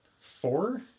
Four